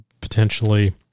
potentially